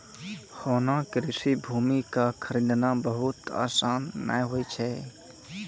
होना कृषि भूमि कॅ खरीदना बहुत आसान नाय होय छै